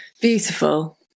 Beautiful